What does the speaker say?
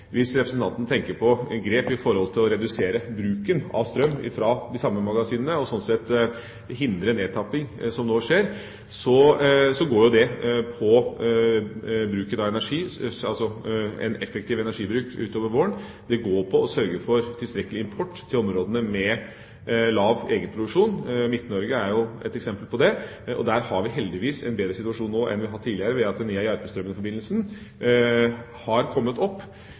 Hvis representanten tenker på inngrep for å redusere bruken av strøm fra de samme magasinene og sånn sett hindre den nedtappinga som nå skjer, går jo det på bruken av energi, altså en effektiv energibruk utover våren. Det går på å sørge for tilstrekkelig import til områdene med lav egenproduksjon. Midt-Norge er jo et eksempel på det. Der har vi heldigvis en bedre situasjon nå enn vi har hatt tidligere ved at Nea–Järpströmmen-forbindelsen har kommet opp og sånn sett bidrar til at kraftområdet Midt-Norge og kraftområdet i